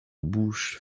bouche